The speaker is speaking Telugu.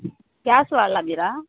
గ్యాస్ వాళ్ళా మీరు